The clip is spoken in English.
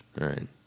Right